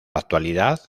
actualidad